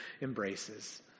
embraces